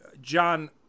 John